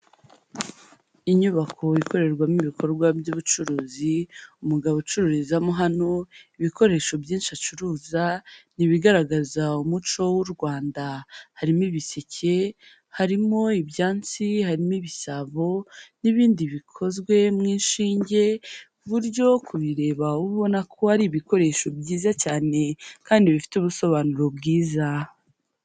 Inyubako ikorerwamo ibikorwa by'ubucuruzi, umugabo ucururizamo hano, ibikoresho byinshi acuruza ni ibigaragaza umuco w'u Rwanda, harimo ibiseke, harimo ibyansi, harimo ibisabo, n'ibindi bikozwe mu inshinge, ku buryo kubireba uba ubona ko ari ibikoresho byiza cyane, kandi bifite ubusobanuro bwiza.